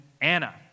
Anna